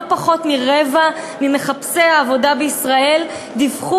לא פחות מרבע ממחפשי העבודה בישראל דיווחו